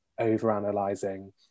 overanalyzing